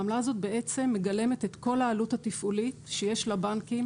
העמלה הזאת בעצם מגלמת את כל העלות התפעולית שיש לבנקים